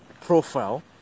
profile